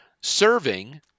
serving